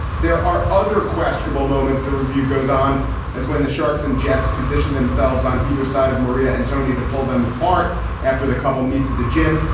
there are other questionable moments. the review goes on as when the sharks and jets position themselves on either side of maria and tony to pull them apart after the couple meets at the gym.